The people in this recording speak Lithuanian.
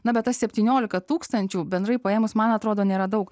na bet tas septyniolika tūkstančių bendrai paėmus man atrodo nėra daug